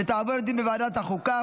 ותעבור לדיון בוועדת החוקה,